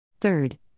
Third